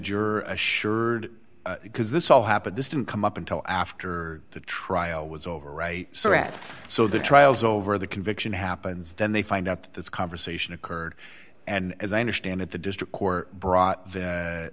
juror assured because this all happened this didn't come up until after the trial was over right so that's so the trial's over the conviction happens then they find out this conversation occurred and as i understand it the district court brought the